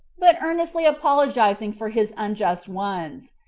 but earnestly apologizing for his unjust ones.